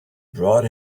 brought